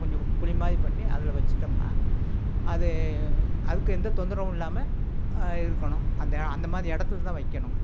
கொஞ்சம் குழி மாதிரி பண்ணி அதில் வச்சிட்டோம்னா அது அதுக்கு எந்த தொந்தரவும் இல்லாமல் இருக்கணும் அந்த அந்த மாதிரி இடத்துல தான் வைக்கணும்